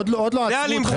זה אלימות.